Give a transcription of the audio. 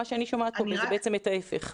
מה שאני שומעת פה זה בעצם את ההיפך.